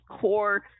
core